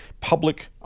public